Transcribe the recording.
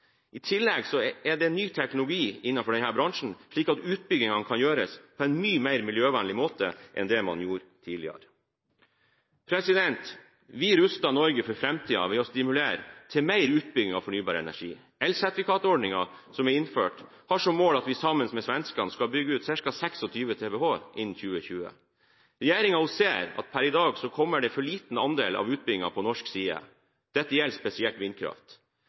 I tillegg bidrar ny teknologi innenfor denne bransjen til at utbyggingene kan gjøres på en mye mer miljøvennlig måte enn det man gjorde tidligere. Vi ruster Norge for framtiden ved å stimulere til mer utbygging av fornybar energi. Elsertifikatordningen som er innført, har som mål at vi sammen med svenskene skal bygge ut ca. 26 TWh innen 2020. Regjeringen ser at per i dag kommer for liten andel av utbyggingen på norsk side. Dette gjelder spesielt vindkraft.